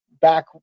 back